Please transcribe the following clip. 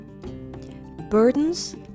Burdens